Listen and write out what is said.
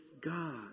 God